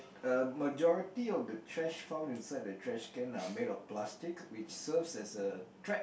uh majority of the trash found inside the trash can are made of plastic which serves as a threat